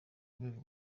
rwego